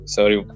Sorry